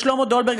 לשלמה דולברג,